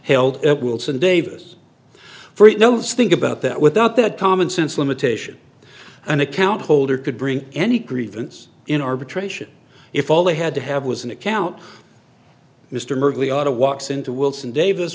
held it will send davis for it no think about that without that common sense limitation an account holder could bring any grievance in arbitration if all they had to have was an account mr merkley oughta walks into wilson davis